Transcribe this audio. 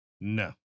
no